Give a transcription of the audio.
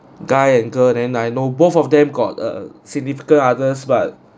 guy and girl and I know both of them got a significant others but